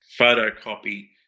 photocopy